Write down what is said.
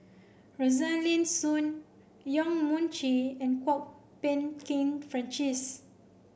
Rosaline Soon Yong Mun Chee and Kwok Peng Kin Francis